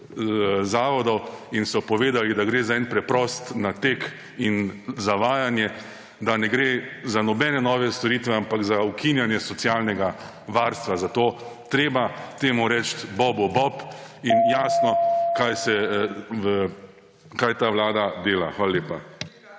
zavodov in so povedali, da gre za preprost nateg in zavajanje, da ne gre za nobene nove storitve, ampak za ukinjanje socialnega varstva. Zato treba temu reči bobu bob in… / znak za konec razprave/ jasno, kaj ta vlada dela. Hvala lepa.